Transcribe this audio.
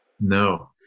No